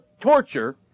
torture